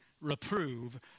reprove